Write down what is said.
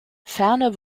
ferner